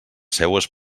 seues